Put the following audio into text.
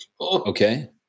Okay